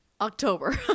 October